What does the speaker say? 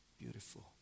beautiful